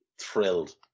thrilled